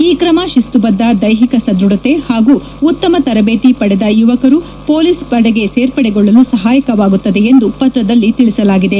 ಈ ಕ್ರಮ ತಿಸ್ತುಬದ್ದ ದೈಹಿಕ ಸದೃಡತೆ ಹಾಗೂ ಉತ್ತಮ ತರಬೇತಿ ಪಡೆದ ಯುವಕರು ಪೊಲೀಸ್ ಪಡೆಗೆ ಸೇರ್ಪಡೆಗೊಳ್ಳಲು ಸಹಾಯಕವಾಗುತ್ತದೆ ಎಂದು ಪತ್ರದಲ್ಲಿ ತಿಳಿಸಲಾಗಿದೆ